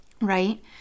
right